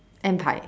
and pie